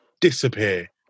disappear